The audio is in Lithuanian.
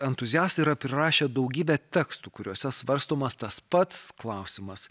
entuziastai yra prirašę daugybę tekstų kuriuose svarstomas tas pats klausimas